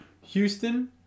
Houston